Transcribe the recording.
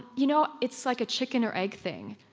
you know, it's like a chicken or egg thing.